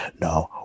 No